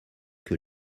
que